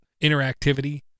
interactivity